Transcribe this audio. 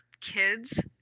kids